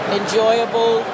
enjoyable